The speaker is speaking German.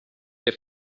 der